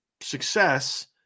success